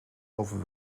over